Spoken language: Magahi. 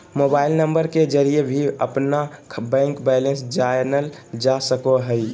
मोबाइल नंबर के जरिए भी अपना बैंक बैलेंस जानल जा सको हइ